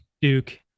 Duke